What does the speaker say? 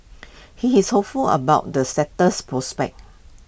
he is hopeful about the sector's prospects